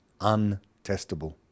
untestable